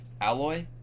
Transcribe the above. Alloy